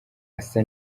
asa